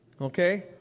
Okay